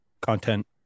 content